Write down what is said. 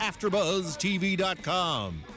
AfterBuzzTV.com